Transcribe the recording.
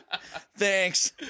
Thanks